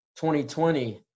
2020